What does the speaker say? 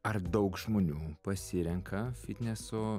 ar daug žmonių pasirenka fitnesų